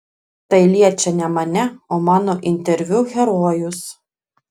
tai liečia ne mane o mano interviu herojus